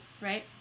Right